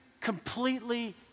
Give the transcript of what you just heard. completely